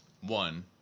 one